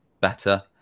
better